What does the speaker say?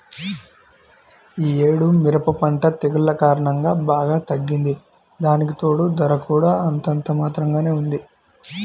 యీ యేడు మిరప పంట తెగుల్ల కారణంగా బాగా తగ్గింది, దానికితోడూ ధర కూడా అంతంత మాత్రంగానే ఉంది